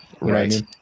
Right